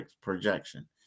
projection